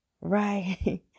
right